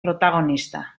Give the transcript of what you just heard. protagonista